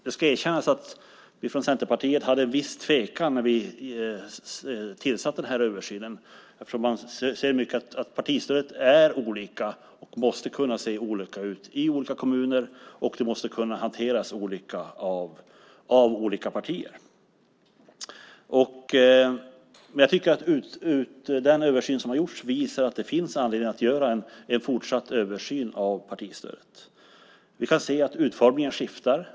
Det ska erkännas att vi i Centerpartiet kände viss tvekan när man inledde denna översyn, för partistödet är olika och måste kunna se olika ut i olika kommuner, och det måste kunna hanteras olika av olika partier. Men jag tycker att den översyn som har gjorts visar att det finns anledning att göra en fortsatt översyn av partistödet. Vi kan se att utformningen skiftar.